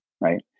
right